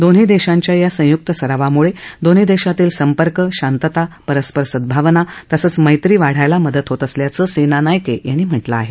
दोन्ही देशांच्या या संयुक्त सरावामुळे दोन्ही देशातील संपर्क शांतता परस्पर सझावना तसंच मैत्री वाढायला मदत होत असल्याचं सेनानायके यांनी म्हटलं आहे